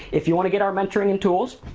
if you wanna get our mentoring and tools,